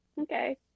okay